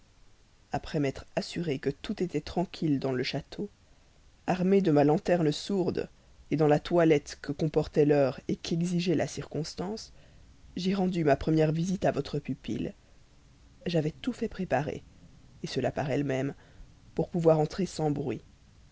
après m'être assuré que tout était tranquille dans le château armé de ma lanterne sourde dans la toilette que comportait l'heure qu'exigeait la circonstance j'ai rendu ma première visite à votre pupille j'avais tout fait préparer et cela par elle-même pour pouvoir entrer sans bruit